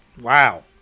Wow